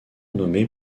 nommé